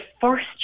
first